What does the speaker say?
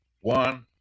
one